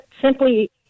simply